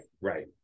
right